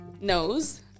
knows